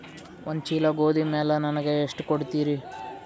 ಒಂದ ಚೀಲ ಗೋಧಿ ಮ್ಯಾಲ ನನಗ ಎಷ್ಟ ಕೊಡತೀರಿ?